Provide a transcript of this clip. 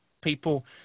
people